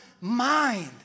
mind